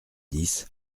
dix